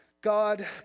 God